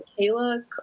Kayla